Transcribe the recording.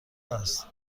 است